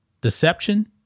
deception